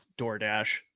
DoorDash